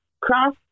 cross